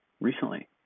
recently